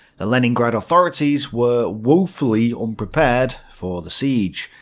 the leningrad authorities were woefully unprepared for the siege.